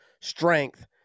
strength